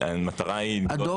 הדוח,